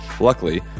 Luckily